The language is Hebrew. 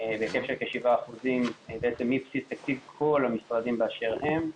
בהיקף של כ-7% מבסיס תקציב כל המשרדים באשר הם.